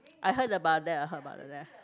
I heard about that I heard about that